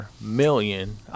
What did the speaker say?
million